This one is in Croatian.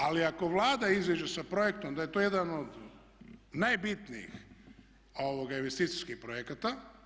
Ali ako Vlada iziđe sa projektom da je to jedan od najbitnijih investicijskih projekata.